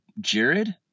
Jared